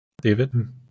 David